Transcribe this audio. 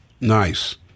nice